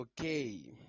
okay